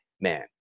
man